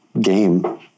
game